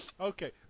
Okay